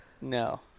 No